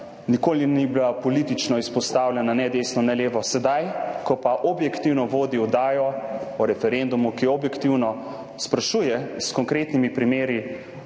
nikoli ni bila politično izpostavljena ne desno ne levo, sedaj ko pa objektivno vodi oddajo o referendumu, ko objektivno sprašuje s konkretnimi primeri